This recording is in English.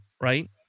right